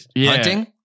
hunting